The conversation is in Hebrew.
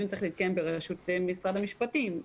הדיון צריך להתקיים בניהול של משרד המשפטים,